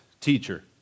teacher